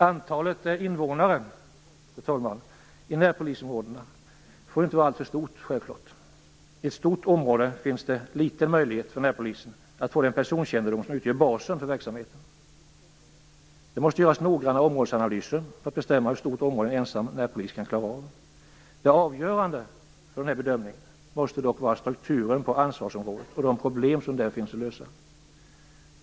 Antalet invånare i närpolisområdena får självklart inte vara alltför stort. I ett stort område finns små möjligheter för närpolisen att få den personkännedom som utgör basen för verksamheten. Det måste göras noggranna områdesanalyser för att bestämma hur stort område en ensam närpolis kan klara av. Avgörande för bedömningen måste dock vara strukturen i ansvarsområdet och de problem som där finns att lösa.